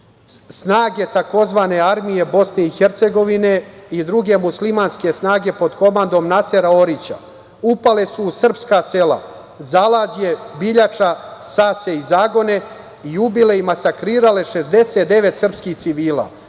snage tzv. armije BiH i druge muslimanske snage pod komandom Nasera Orića upale su u srpska sela Zalađe, Biljača, Sase i Zagone i ubile i masakrirale 69 srpskih civila,